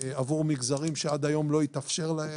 עבור מגזרים שעד היום לא התאפשר להם,